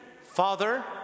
Father